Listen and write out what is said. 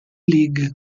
league